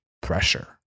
pressure